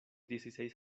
dieciséis